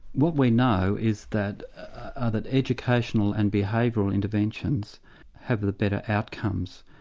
what we know is that other educational and behavioural interventions have the better outcomes,